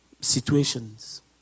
situations